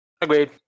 Agreed